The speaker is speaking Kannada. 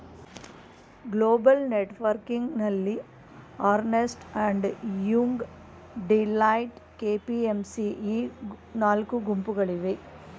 ಗ್ಲೋಬಲ್ ನೆಟ್ವರ್ಕಿಂಗ್ನಲ್ಲಿ Ernst and Young, Deloitte, KPMG ಈ ನಾಲ್ಕು ಗುಂಪುಗಳಿವೆ